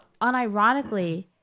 unironically